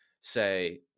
say